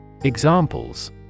Examples